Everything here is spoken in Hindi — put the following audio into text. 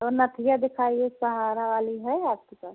और नथिया दिखाइए सहारा वाली है आपके पास